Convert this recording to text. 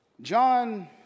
John